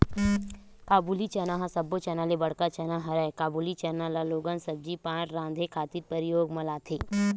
काबुली चना ह सब्बो चना ले बड़का चना हरय, काबुली चना ल लोगन सब्जी पान राँधे खातिर परियोग म लाथे